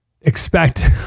expect